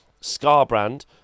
Scarbrand